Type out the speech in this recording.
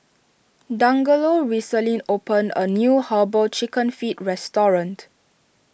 Dangelo recently opened a new Herbal Chicken Feet Restaurant